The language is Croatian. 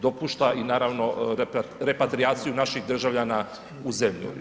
Dopušta i naravno i repatrijaciju naših državljana u zemlji.